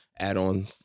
Add-on